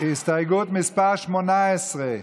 הסתייגות מס' 18,